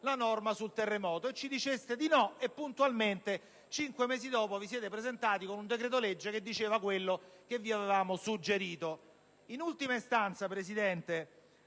della norma sul terremoto. Ci diceste, allora, di no, e puntualmente cinque mesi dopo vi siete presentati con un decreto-legge che contiene quanto vi avevamo suggerito.